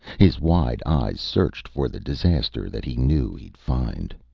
his wide eyes searched for the disaster that he knew he'd find.